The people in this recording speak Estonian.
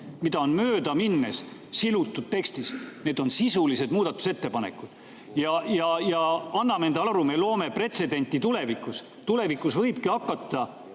mida on möödaminnes silutud tekstis. Need on sisulised muudatusettepanekud. Ja anname endale aru, me loome pretsedenti tulevikuks. Tulevikus võibki hakata